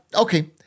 okay